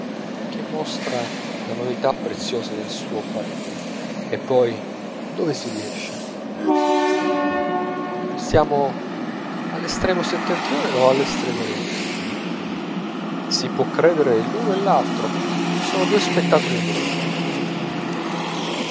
che mostra la novità preziosa del suo opale nero e poi dove si riesce siamo nell'estremo settentrione o nell'estremo oriente si può credere l'uno e l'altro son due spettacoli